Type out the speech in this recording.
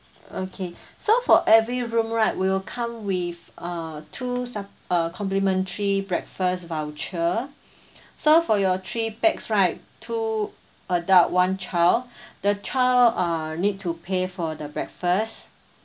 okay so for every room right we'll come with uh two sep~ uh complimentary breakfast voucher so for your three pax right two adult one child the child uh need to pay for the breakfast